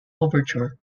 overture